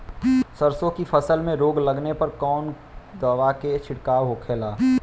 सरसों की फसल में रोग लगने पर कौन दवा के छिड़काव होखेला?